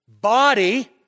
body